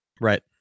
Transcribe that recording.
Right